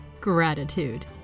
gratitude